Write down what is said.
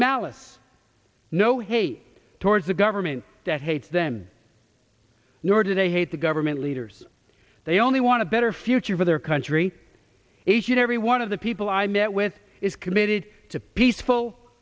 malice no hate towards a government that hates them nor do they hate the government leaders they only want to better future for their country each and every one of the people i met with is committed to peaceful